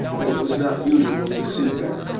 that it was not usual to see there.